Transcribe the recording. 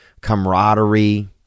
camaraderie